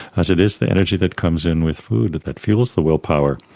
as it is the energy that comes in with food, that fuels the willpower.